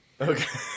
Okay